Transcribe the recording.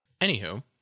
Anywho